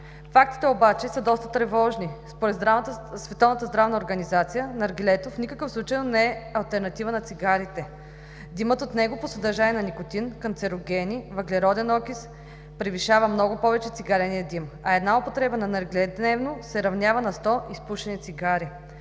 Фактите са доста тревожни. Според Световната здравна организация наргилето в никакъв случай не е алтернатива на цигарите. Димът от него по съдържание на никотин, канцерогенни, въглероден окис превишава много повече цигарения дим, а една употреба на наргиле дневно се равнява на 100 изпушени цигари.